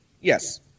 Yes